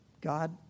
God